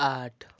आठ